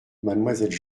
mademoiselle